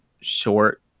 short